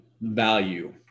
value